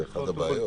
זאת אחת הבעיות.